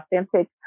authentic